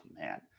man